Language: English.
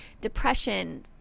depression